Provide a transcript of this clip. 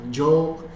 joke